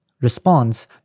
response